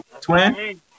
Twin